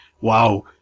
wow